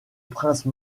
prince